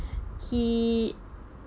he